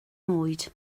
oed